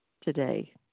Today